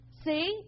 See